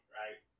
right